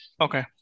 Okay